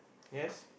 yes